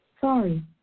Sorry